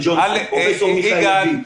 פרופ' מיכאל לוין,